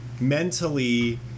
mentally